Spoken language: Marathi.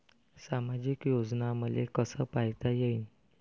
सामाजिक योजना मले कसा पायता येईन?